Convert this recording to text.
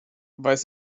weiß